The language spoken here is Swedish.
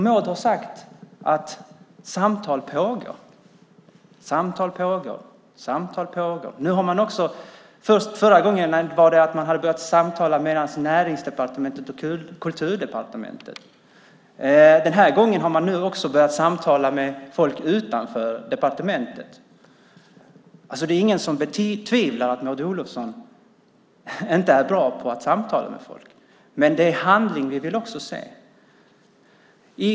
Maud har sagt att samtal pågår. Förra gången hade man börjat samtala mellan Näringsdepartementet och Kulturdepartementet. Den här gången har man också börjat samtala med folk utanför departementet. Det är ingen som betvivlar att Maud Olofsson är bra på att samtala med folk, men vi vill också se handling.